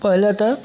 पहिले तऽ